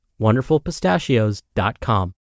WonderfulPistachios.com